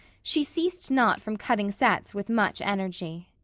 she ceased not from cutting sets with much energy.